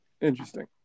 interesting